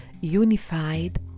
unified